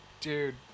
Dude